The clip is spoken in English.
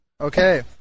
Okay